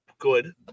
Good